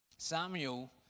Samuel